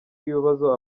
w’ibibazo